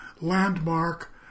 landmark